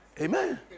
Amen